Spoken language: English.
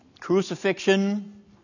Crucifixion